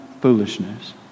foolishness